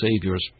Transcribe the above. Savior's